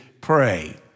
pray